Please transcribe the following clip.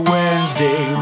Wednesday